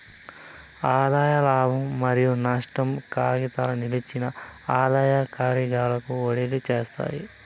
ఆదాయ లాభం మరియు నష్టం కాతాల నిలిపిన ఆదాయ కారిగాకు ఓడిలీ చేస్తారు